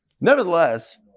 nevertheless